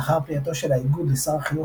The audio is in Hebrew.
לאחר פנייתו של האיגוד לשר החינוך